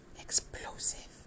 explosive